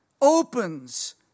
opens